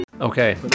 Okay